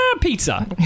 pizza